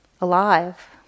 alive